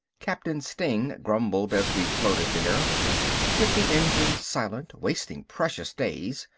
captain steng grumbled as we floated there with the engines silent, wasting precious days,